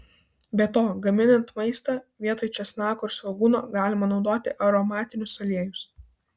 be to gaminant maistą vietoj česnako ir svogūno galima naudoti aromatinius aliejus